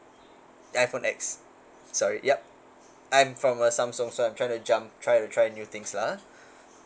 iPhone X sorry yup I'm from a Samsung so I'm trying to jump try try new things lah